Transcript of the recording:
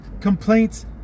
complaints